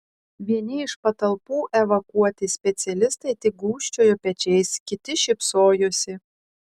vieni iš patalpų evakuoti specialistai tik gūžčiojo pečiais kiti šypsojosi